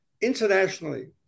internationally